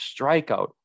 strikeout